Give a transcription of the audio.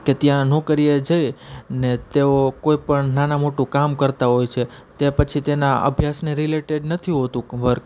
કે ત્યાં નોકરીએ જઈ ને તેઓ કોઈપણ નાના મોટું કામ કરતાં હોય છે તે પછી તેના અભ્યાસને રિલેટેડ નથી હોતું વર્ક